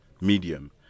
medium